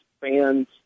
fans